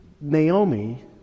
Naomi